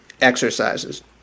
exercises